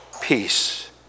peace